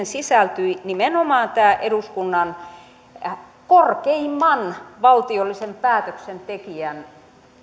sisältyi nimenomaan tämä eduskunnan korkeimman valtiollisen päätöksentekijän